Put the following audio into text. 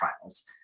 trials